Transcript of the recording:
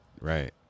Right